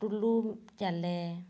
ଟୁଲୁମ୍ ଚାଲେ